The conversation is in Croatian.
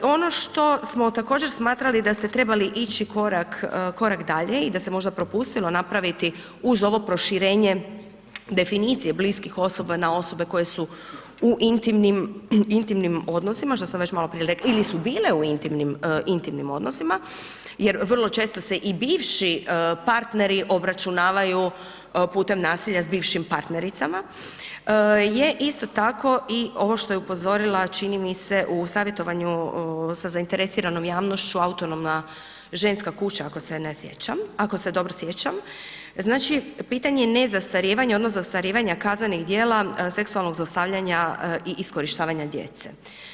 Ono što smo također smatrali da ste trebali ići korak dalje i da ste možda propustilo napraviti uz ovo proširenje definicija bliskih osoba na osobe koje su u intimnim odnosima što sam već maloprije rekla ili su bile u intimnim odnosima jer vrlo često se i bivši partneri obračunavaju putem nasilja s bivšim partnericama je isto tako i ovo što je upozorila čini mi se u savjetovanju sa zainteresiranom javnošću Autonomna ženska kuća ako se dobro sjećam, znači pitanje nezastarijevanja odnosno zastarijevanja kaznenih djela seksualnog zlostavljanja i iskorištavanja djece.